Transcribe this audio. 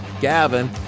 Gavin